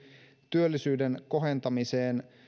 työllisyyden kohentamiseen